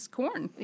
corn